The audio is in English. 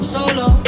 Solo